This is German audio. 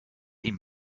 ihm